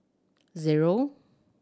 zero